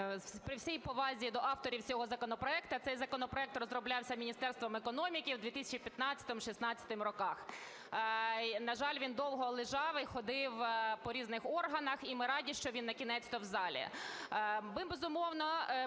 при всій повазі до авторів цього законопроекту, цей законопроект розроблявся Міністерством економіки в 2015-2016 роках. На жаль, він довго лежав і ходив по різних органах. І ми раді, що він накінець-то в залі.